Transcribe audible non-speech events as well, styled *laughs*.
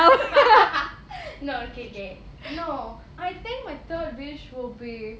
*laughs* no okay okay no I think my third wish will be